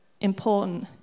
important